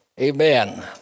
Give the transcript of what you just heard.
Amen